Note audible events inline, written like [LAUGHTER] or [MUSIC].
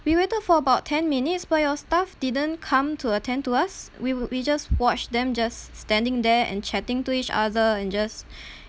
we waited for about ten minutes but your staff didn't come to attend to us we were we just watched them just standing there and chatting to each other and just [BREATH]